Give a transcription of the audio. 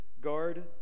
guard